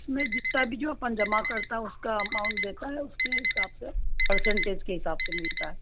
इसमें जितना भी जो अपन जमा करता है उसका अमाउन्ट देता है उसके हिसाब से परसेंटेज के हिसाब से मिलता है